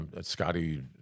Scotty